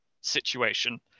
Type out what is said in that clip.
situation